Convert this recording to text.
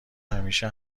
همیشه